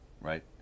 right